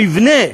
המבנה,